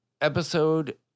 episode